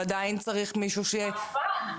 הוא עדיין צריך מישהו ש כמובן,